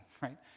right